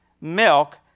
milk